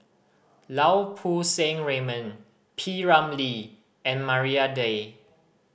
Lau Poo Seng Raymond P Ramlee and Maria Dyer